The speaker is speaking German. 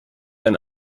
ein